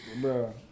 bro